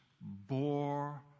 bore